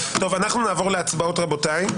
אנחנו נעבור להצבעות, רבותיי.